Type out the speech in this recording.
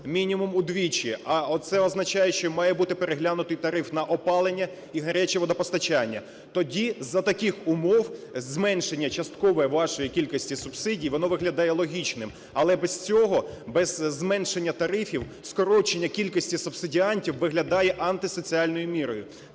мінімум удвічі, а це означає, що має бути переглянутий тариф на опалення і гаряче водопостачання. Тоді за таких умов зменшення часткове вашої кількості субсидій, воно виглядає логічним. Але без цього, без зменшення тарифів скорочення кількості субсидіантів виглядає антисоціальною мірою.